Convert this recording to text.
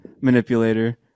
manipulator